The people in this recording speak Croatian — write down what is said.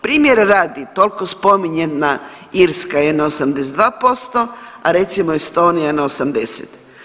Primjera radi toliko spominjana Irska je na 82%, a recimo Estonija na 80.